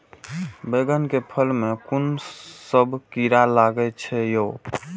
बैंगन के फल में कुन सब कीरा लगै छै यो?